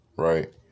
Right